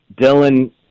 Dylan